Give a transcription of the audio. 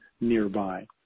nearby